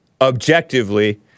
objectively